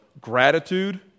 gratitude